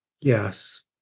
Yes